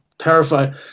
Terrified